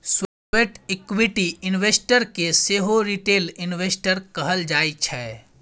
sweat equity investor केँ सेहो retail investor कहल जाइ छै